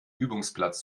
übungsplatz